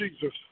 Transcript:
Jesus